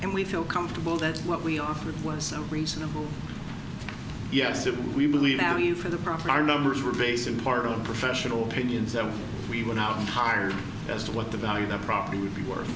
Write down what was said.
and we feel comfortable that's what we offered was a reasonable yes if we believe now you for the proper numbers were based in part on professional opinions that we went out and hired as to what the value of property would be worth